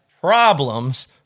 problems